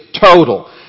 total